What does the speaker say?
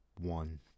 one